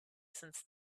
since